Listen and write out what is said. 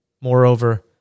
Moreover